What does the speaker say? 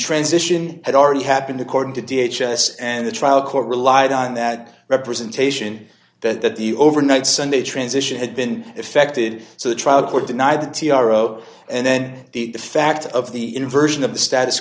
ransition had already happened according to d h s and the trial court relied on that representation that the overnight sunday transition had been effected so the trial court denied the t r o and then the fact of the inversion of the status